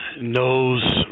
knows